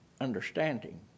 understanding